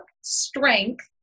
strength